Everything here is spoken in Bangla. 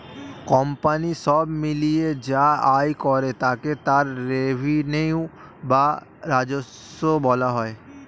কোম্পানি সব মিলিয়ে যা আয় করে তাকে তার রেভিনিউ বা রাজস্ব বলা হয়